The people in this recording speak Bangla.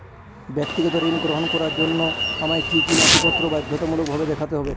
ব্যক্তিগত ঋণ গ্রহণ করার জন্য আমায় কি কী নথিপত্র বাধ্যতামূলকভাবে দেখাতে হবে?